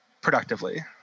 productively